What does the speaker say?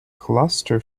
cluster